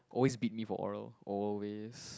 always beat me for oral always